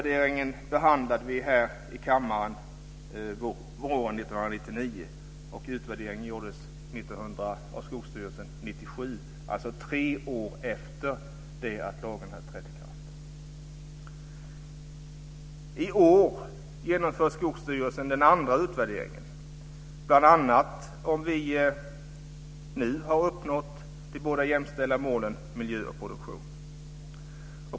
Den behandlade vi här i kammaren våren 1999. Utvärderingen gjordes av Skogsstyrelsen 1997, dvs. tre år efter det att lagen hade trätt i kraft. I år genomför Skogsstyrelsen den andra utvärderingen, bl.a. om ifall vi nu har uppnått de båda jämställda målen miljö och produktion.